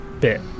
bit